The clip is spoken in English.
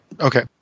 Okay